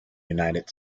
united